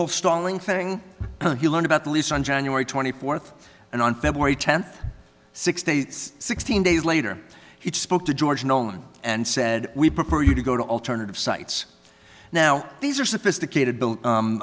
whole stalling thing you learned about the lease on january twenty fourth and on february tenth six days sixteen days later he spoke to george known and said we prefer you to go to alternative sites now these are sophisticated